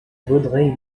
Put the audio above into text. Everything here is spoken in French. vaudreuil